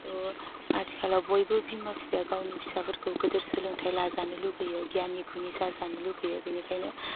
थह आथिखालाव बयबो बिमा बिफाया गावनि फिसाफोरखौ गेदेर सोलोंथाइ लाजानो लुगैयो गियानि गुनि जाजानो लुगैयो बिनिखायनो